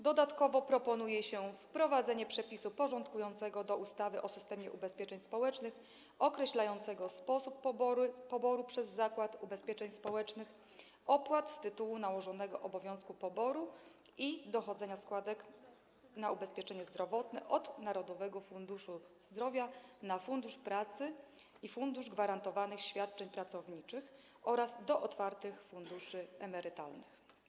Dodatkowo proponuje się wprowadzenie przepisu porządkującego do ustawy o systemie ubezpieczeń społecznych określającego sposób poboru przez Zakład Ubezpieczeń Społecznych opłat z tytułu nałożonego obowiązku poboru i dochodzenia składek na ubezpieczenie zdrowotne od Narodowego Funduszu Zdrowia na Fundusz Pracy i Fundusz Gwarantowanych Świadczeń Pracowniczych oraz do otwartych funduszy emerytalnych.